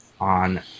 on